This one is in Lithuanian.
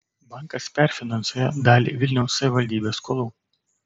bankas perfinansuoja dalį vilniaus savivaldybės skolų